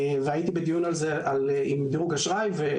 והייתי בדיון על זה על זה עם דירוג אשראי.